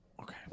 Okay